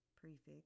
prefix